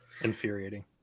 infuriating